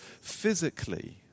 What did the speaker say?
physically